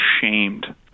ashamed